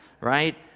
right